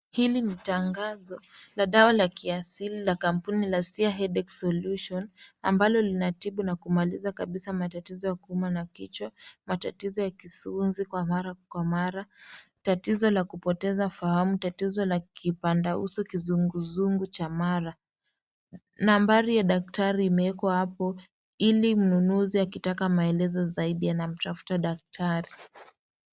Hili ni tangazo la dawa la kiasili la kampuni la headache solution ambazo linatibu na kumaliza kabisa kuumwa Kwa kichwa matatizo ya kupoteza fahamu na kizunguzungu .Nambari ya daktari imeekwa hapo ili watu wapate akitaka maelezo zaidi anamtafuta daktari .